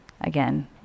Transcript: again